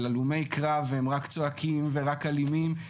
שהלומי קרב הם רק צועקים ורק אלימים,